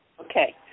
Okay